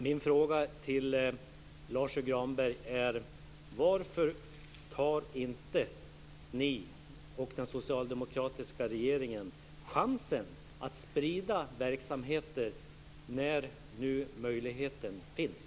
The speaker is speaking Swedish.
Min fråga till Lars U Granberg är: Varför tar inte ni och den socialdemokratiska regeringen chansen att sprida verksamheter när möjligheten nu finns?